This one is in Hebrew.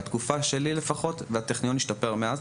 זה בתקופה שלי לפחות והטכניון השתפר מעט,